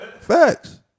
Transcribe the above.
Facts